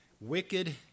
Wicked